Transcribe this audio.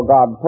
God